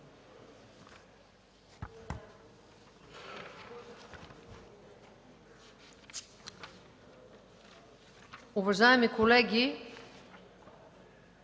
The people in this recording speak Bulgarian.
Уважаеми колеги,